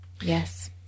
Yes